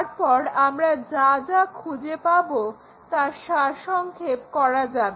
তারপর আমরা যা যা খুঁজে পাবো তার সারসংক্ষেপ করা যাবে